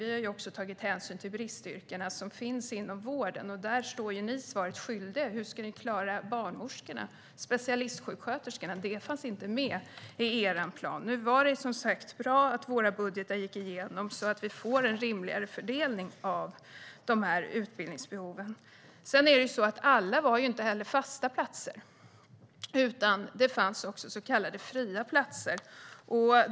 Vi har också tagit hänsyn till bristyrkena inom vården, och där blir ni svaret skyldiga, Maria Stockhaus. Hur ska ni klara barnmorskorna och specialistsjuksköterskorna? Det fanns inte med i er plan. Nu var det som sagt bra att våra budgetar gick igenom så att vi får en rimligare fördelning av utbildningsbehoven. Alla var heller inte fasta platser, utan det fanns också så kallade fria platser.